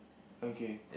okay